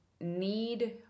need